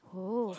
oh